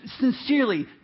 Sincerely